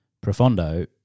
Profondo